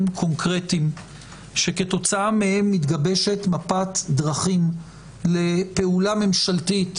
קונקרטיים שכתוצאה מהם מתגבשת מפת דרכים לפעולה ממשלתית,